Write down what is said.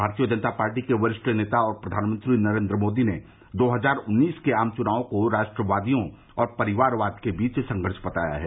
भारतीय जनता पार्टी के वरिष्ठ नेता और प्रधानमंत्री नरेन्द्र मोदी ने दो हजार उन्नीस के आम चुनाव को राष्ट्रवादियों और परिवारवाद के बीच संघर्ष बताया है